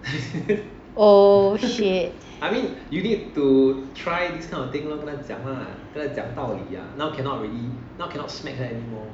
oh shit